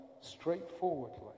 straightforwardly